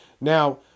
Now